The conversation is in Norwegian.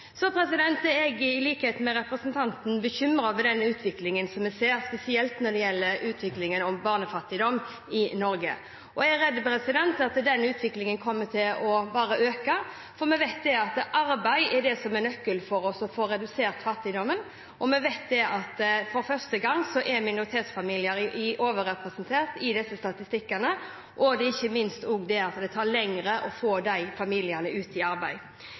Så er jeg, i likhet med representanten, bekymret over den utviklingen som vi ser, spesielt når det gjelder utviklingen av barnefattigdom i Norge. Jeg er redd at den utviklingen bare kommer til å øke, for vi vet at arbeid er det som er nøkkelen til å få redusert fattigdommen. Og vi vet at for første gang er minoritetsfamilier overrepresentert i disse statistikkene, og det er ikke minst fordi det tar lengre tid å få disse familiene ut i arbeid.